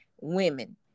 women